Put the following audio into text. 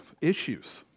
issues